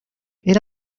era